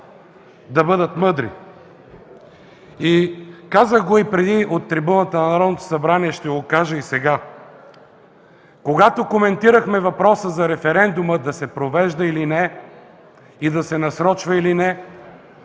да бъдат мъдри!